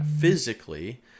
physically